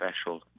special